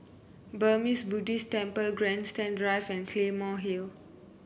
Burmese Buddhist Temple Grandstand Drive and Claymore Hill